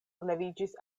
leviĝis